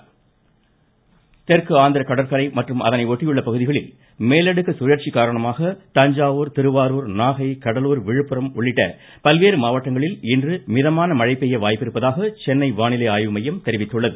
வானிலை தெற்கு ஆந்திர கடற்கரை மற்றும் அதனை ஒட்டியுள்ள பகுதிகளில் மேலடுக்கு குழற்சி காரணமாக தஞ்சை திருவாரூர் நாகை கடலூர் விழுப்புரம் உள்ளிட்ட பல்வேறு மாவட்டங்களில் இன்று மிதமான மழைக்கு வாய்ப்பிருப்பதாக சென்னை வானிலை ஆய்வுமையம் தெரிவித்துள்ளது